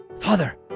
Father